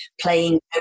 playing